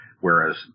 Whereas